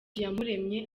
iyamuremye